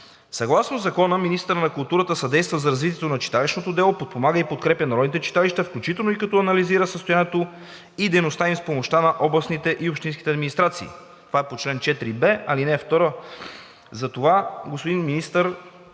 Съгласно Закона министърът на културата съдейства за развитието на читалищното дело, подпомага и подкрепя народните читалища, включително и като анализира състоянието и дейността с помощта на областните и общинските администрации – това е по чл. 4б, ал. 2. Господин